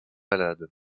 malades